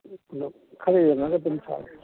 ꯑꯗꯣ ꯈꯔ ꯌꯦꯡꯉꯒ ꯑꯗꯨꯝ ꯁꯥꯒꯦ